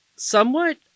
somewhat